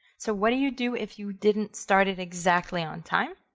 so what do you do if you didn't start it exactly on time?